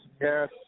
Yes